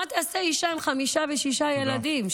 מה תעשה אישה עם חמישה ושישה ילדים,